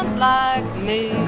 like me.